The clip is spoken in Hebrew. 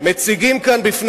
וחברי